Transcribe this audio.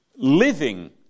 Living